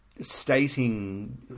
stating